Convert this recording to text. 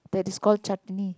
the dish called chutney